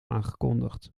aangekondigd